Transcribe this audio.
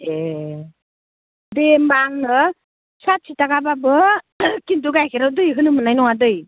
ए दे होमब्ला आङो साथि थाखाब्लाबो खिन्थु गाइखेराव दै होनो मोननाय नङा दै